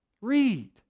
read